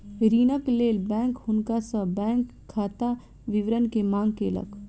ऋणक लेल बैंक हुनका सॅ बैंक खाता विवरण के मांग केलक